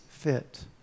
fit